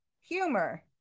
humor